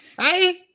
Hey